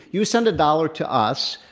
you send a dollar to us.